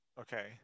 Okay